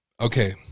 okay